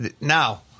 Now